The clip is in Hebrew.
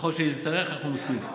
ככל שנצטרך אנחנו נוסיף.